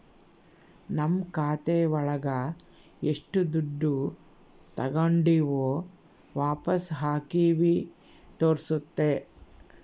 ನಮ್ ಖಾತೆ ಒಳಗ ಎಷ್ಟು ದುಡ್ಡು ತಾಗೊಂಡಿವ್ ವಾಪಸ್ ಹಾಕಿವಿ ತೋರ್ಸುತ್ತೆ